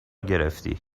گرفتی